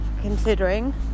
considering